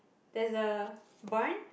there's a barn